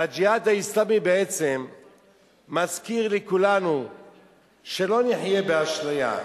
ו"הג'יהאד האסלאמי" בעצם מזכיר לכולנו שלא נחיה באשליה.